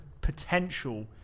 potential